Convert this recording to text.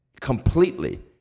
completely